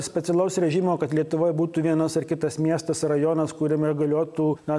specialaus režimo kad lietuvoj būtų vienas ar kitas miestas rajonas kuriame galiotų na